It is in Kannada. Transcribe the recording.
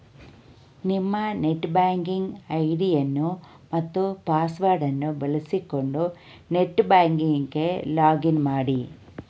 ನಿಮ್ಮ ನೆಟ್ ಬ್ಯಾಂಕಿಂಗ್ ಐಡಿಯನ್ನು ಮತ್ತು ಪಾಸ್ವರ್ಡ್ ಅನ್ನು ಬಳಸಿಕೊಂಡು ನೆಟ್ ಬ್ಯಾಂಕಿಂಗ್ ಗೆ ಲಾಗ್ ಇನ್ ಮಾಡಿ